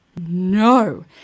no